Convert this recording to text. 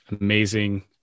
amazing